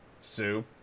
Sue